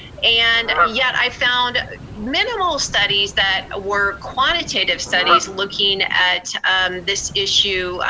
and yet i found minimal studies that ah were quantitative studies looking at this issue,